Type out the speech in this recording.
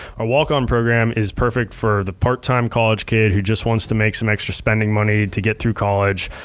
our walk on program is perfect for the part-time college kid who just wants to make some extra spending money to get through college.